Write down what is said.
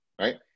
right